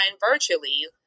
virtually